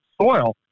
soil